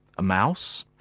a mouse?